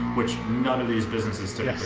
which none of these businesses today,